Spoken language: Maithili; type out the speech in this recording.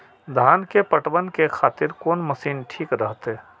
धान के पटवन के खातिर कोन मशीन ठीक रहते?